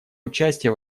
участие